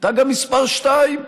הייתה גם מספר שתיים,